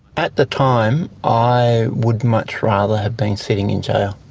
but the time i would much rather have been sitting in jail.